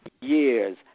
years